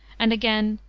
and again,